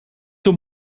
tot